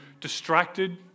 distracted